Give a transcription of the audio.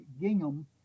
gingham